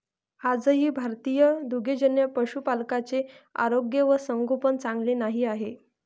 आजही भारतीय दुग्धजन्य पशुपालकांचे आरोग्य व संगोपन चांगले नाही आहे